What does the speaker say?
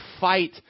fight